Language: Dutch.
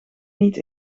niet